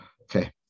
okay